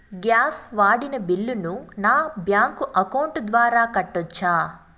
Gas వాడిన బిల్లును నా బ్యాంకు అకౌంట్ ద్వారా కట్టొచ్చా?